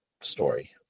story